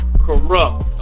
corrupt